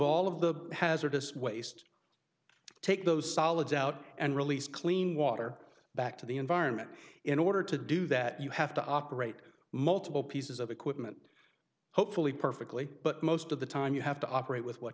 all of the hazardous waste take those solids out and release clean water back to the environment in order to do that you have to operate multiple pieces of equipment hopefully perfectly but most of the time you have to operate with what